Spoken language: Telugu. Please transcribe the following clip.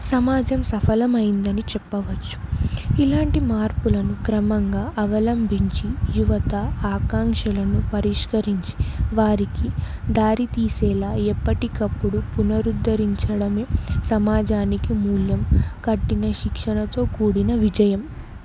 సమాజం సఫలమైందని చెప్పవచ్చు ఇలాంటి మార్పులను క్రమంగా అవలంబించి యువత ఆకాంక్షలను పరిష్కరించి వారికి దారి తీసేలా ఎప్పటికప్పుడు పునరుద్ధరించడమే సమాజానికి మూల్యం కట్టిన శిక్షణతో కూడిన విజయం